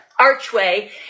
archway